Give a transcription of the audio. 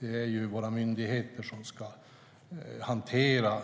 Det är våra myndigheter som ska hantera